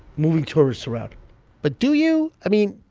moving tourists around but do you? i mean,